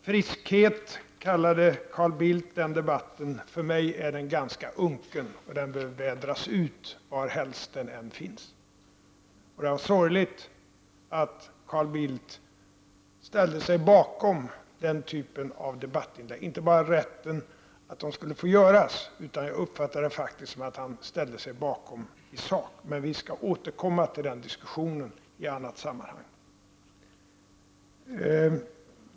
”Friskhet” kallade Carl Bildt den debatten, för mig är den ganska unken. Den behöver vädras ut varhelst den finns. Det var sorgligt att Carl Bildt ställde sig bakom den typen av debattinlägg, inte bara rätten att de skulle få framföras utan som jag uppfattade det i sak. Men jag får återkomma till den diskussionen i annat sammanhang.